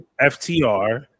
FTR